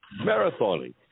marathoning